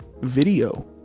video